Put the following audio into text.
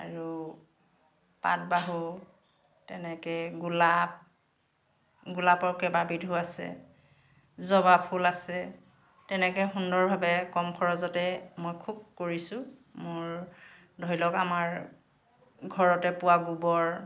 আৰু পাটবাহু তেনেকৈ গোলাপ গোলাপৰ কেইবাবিধো আছে জবা ফুল আছে তেনেকে সুন্দৰভাৱে কম খৰচতে মই খুব কৰিছোঁ মোৰ ধৰি লওক আমাৰ ঘৰতে পোৱা গোবৰ